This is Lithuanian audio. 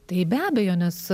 tai be abejo nes